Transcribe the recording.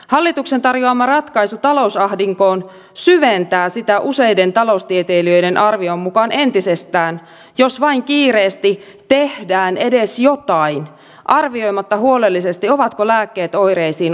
hallituksen tarjoama ratkaisu talousahdinkoon syventää sitä useiden taloustieteilijöiden arvion mukaan entisestään jos vain kiireesti tehdään edes jotain arvioimatta huolellisesti ovatko lääkkeet oireisiin oikeat